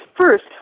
first